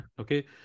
okay